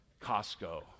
Costco